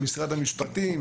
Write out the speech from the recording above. משרד המשפטים,